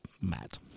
mad